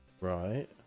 Right